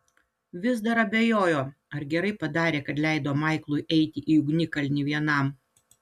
vis dar abejojo ar gerai padarė kad leido maiklui eiti į ugnikalnį vienam